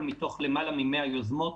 לארבע או חמש יוזמות מתוך למעלה מ-100 יוזמות.